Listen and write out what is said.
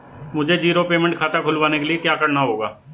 मुझे zero payment खाता खुलवाने के लिए क्या करना होगा?